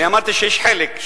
אני אמרתי שיש חלק,